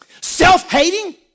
self-hating